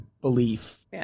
belief